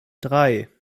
drei